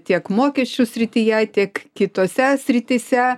tiek mokesčių srityje tiek kitose srityse